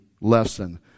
lesson